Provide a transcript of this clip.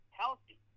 healthy